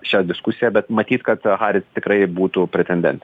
šią diskusiją bet matyt kad haris tikrai būtų pretendentė